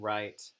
Right